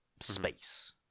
space